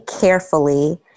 carefully